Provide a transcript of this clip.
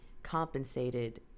compensated